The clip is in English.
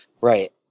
Right